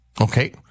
Okay